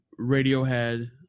radiohead